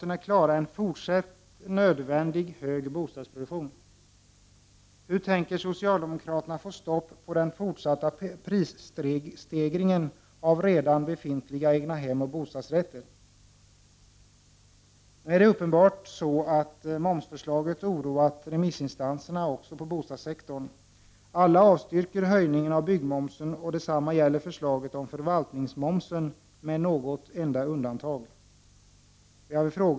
Nu är det uppenbart så att momsförslagen har oroat remissinstanserna på bostadssektorn. Alla avstyrker höjningen av byggmomsen, och detsamma gäller förslaget om förvaltningsmoms med något enda undantag.